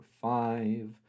five